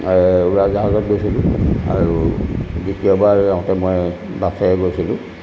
উৰাজাহাজত গৈছিলোঁ আৰু দ্বিতীয়বাৰ আহোঁতে মই বাছেৰে গৈছিলোঁ